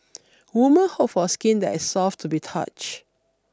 woman hope for skin that is soft to the touch